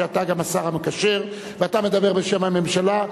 שאתה גם השר המקשר ואתה מדבר בשם הממשלה,